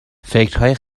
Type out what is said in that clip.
فکرهای